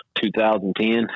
2010